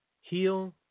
Heal